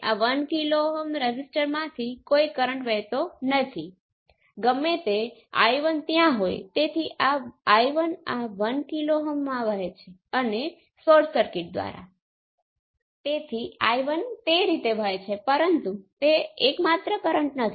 હવે એક વધુ બાબત જે હું નિર્દેશ કરવા માંગુ છું તે એ છે કે ફરી કહેવા દો કે z12 એ 0 થયો એટલે કે z પેરામિટર માં કોઈ રિવર્સ ટ્રાન્સમિશન નથી